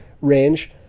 range